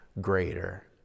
greater